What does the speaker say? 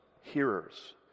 hearers